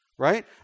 Right